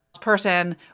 person